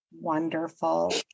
Wonderful